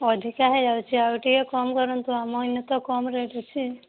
ଅଧିକା ହୋଇଯାଉଛି ଆଉ ଟିକିଏ କମ୍ କରନ୍ତୁ ଆମ ଏଇନା ତ କମ୍ ରେଟ୍ ଅଛି